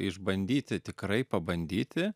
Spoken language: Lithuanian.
išbandyti tikrai pabandyti